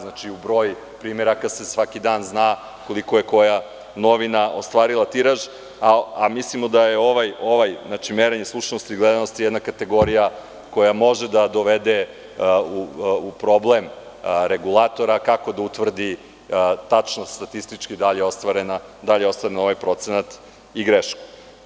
Znači, u broj primeraka se svaki dan zna koliko je koja novina ostvarila tiraž, a mislim da je ovo merenje slušanosti i gledanosti jedna kategorija koja može da dovede u problem regulatora kako da utvrdi tačnost, statistički da li je ostvaren ovaj procenta i grešku.